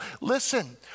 listen